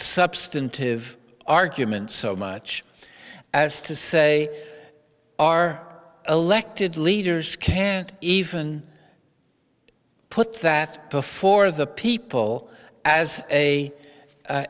substantive argument so much as to say our elected leaders can't even put that before the people as a